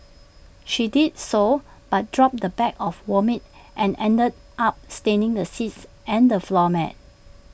she did so but dropped the bag of vomit and ended up staining the seats and the floor mat